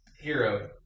Hero